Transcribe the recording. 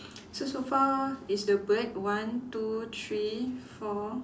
so so far is the bird one two three four